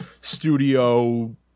studio